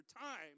time